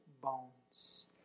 bones